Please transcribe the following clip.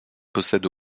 possède